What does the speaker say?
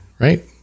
right